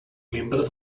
membre